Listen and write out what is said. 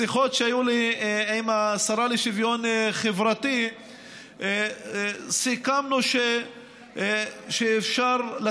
בשיחות שהיו לי עם השרה לשוויון חברתי סיכמנו שאפשר אולי